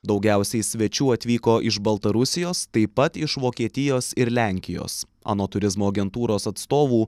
daugiausiai svečių atvyko iš baltarusijos taip pat iš vokietijos ir lenkijos anot turizmo agentūros atstovų